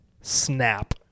snap